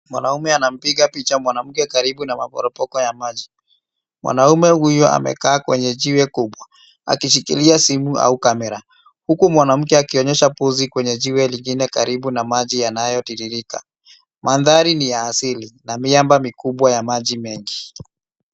Mwanaume anampiga mwanamke picha karibu na maporomoko ya maji. Mwanaume huyu amekaa kwenye jiwe kubwa, akishikilia simu au kamera, huku mwanamke akionyesha pozi kwenye jiwe lingine karibu na maji yanayotiririka. Mandhari ni ya asili na miamba mikubwa ya maji mengi.